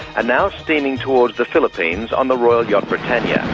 ah now steaming towards the philippines on the royal yacht britannia.